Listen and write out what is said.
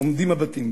עומדים הבתים.